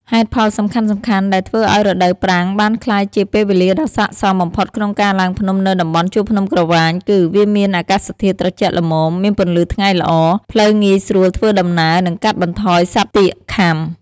ហេតុផលសំខាន់ៗដែលធ្វើឲ្យរដូវប្រាំងបានក្លាយជាពេលវែលាដ៏ស័ក្តិសមបំផុតក្នុងការឡើងភ្នំនៅតំបន់ជួរភ្នំក្រវាញគឺ វាមានអាកាសធាតុត្រជាក់ល្មម មានពន្លឺថ្ងៃល្អ ផ្លូវងាយស្រួលធ្វើដំណើរ និងកាត់បន្ថយសត្វទាកខាំ។